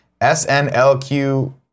SNLQ